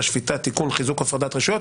השפיטה (תיקון חיזוק הפרדת רשויות),